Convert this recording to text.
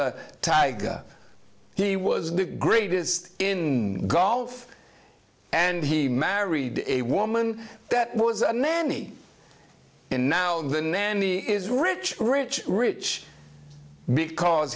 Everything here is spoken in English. brother tiger he was the greatest in golf and he married a woman that was a nanny and now the nanny is rich rich rich because